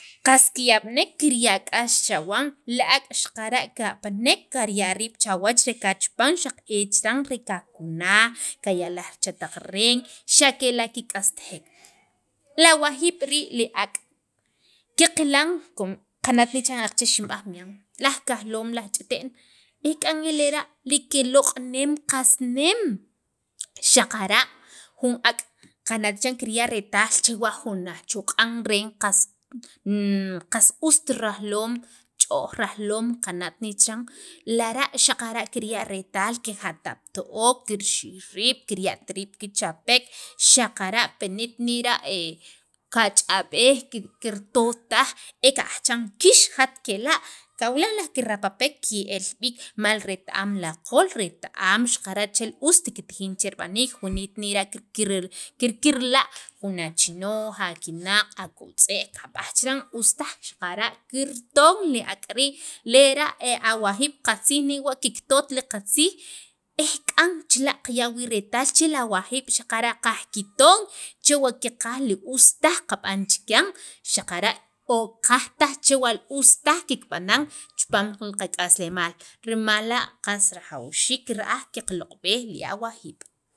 qas kiyab'nek kirya' k'ax chawan li ak' xaqara' kapanek karya' riib' chawach re kachapan xaq een chiran re kakunaj re kay' laj chetaq re'en xa' kela' kik'astajek li awajiib' rii' li ak' qaqilaam com aqache' xinb'aj miyan laj kijaloom qas ch'ite'n ek'an lera' li kiloq'neem qas nem xaqara' jun ak' qana' chiran kirya' retaal chewa' jun ajchoq'an ren qas n qast ust rajloom qas ch'ooj rajloon lara' xaqara' kirya' retaal kijatab't ool kirxij riib' kirya't riib' pi chapek xaqara' pini't nera' kach'ab'ej kartotaj e kaj chiran kix jat kela' kawilan laj kirapapek ke'l b'iik rimal ret- am aqol ret- am xaqara' ost kitijin che rib'aniik wani't nera' kirkir kirkirla' jun achinooj, akinaq' akotz'e'j kab'aj chiran ustaj xaqara' kirton li ak' rii' lera' y awajiib' qatziij niwa' kiktot qatziij ek'an chila qaya' wii' retaal che la awajiib' xaqara' qajkiton chewa' li qaqaj chewa' li ustaj qab'an chikya xaqara' o qajtaj chewa' li ostaj kib'anan chipaam li qak'aslemaal rimal la' qas rajawxiik ra'aj qaqloq'b'ej li awajiib'